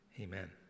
Amen